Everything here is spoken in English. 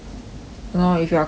!hannor! if you are cleared lor